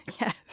Yes